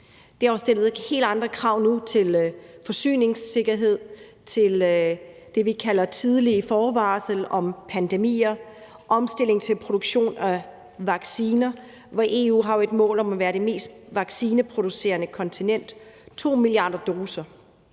Det stiller helt andre krav til forsyningssikkerhed, til det, vi kalder tidlige forvarsler om pandemier, omstilling til produktion af vacciner, hvor EU jo har et mål om at være det mest vaccineproducerende kontinent. Det drejer